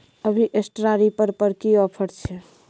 अभी straw reaper पर की ऑफर छै?